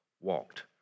walked